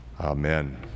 amen